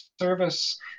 service